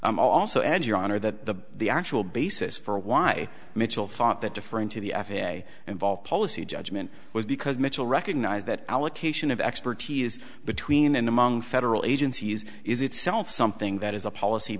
here also and your honor that the actual basis for why mitchell thought that different to the f a a involved policy judgment was because mitchell recognized that allocation of expertise between and among federal agencies is itself something that is a policy